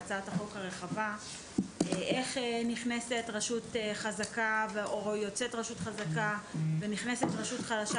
בהצעת החוק הרחבה איך רשות חזקה נכנסת או יוצאת ואיך נכנסת רשות חלשה,